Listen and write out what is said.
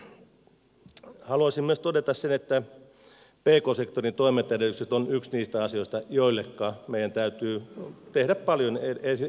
haluaisin myös todeta sen että pk sektorin toimintaedellytykset ovat yksi niistä asioista joilleka meidän täytyy tehdä paljon erilaisia asioita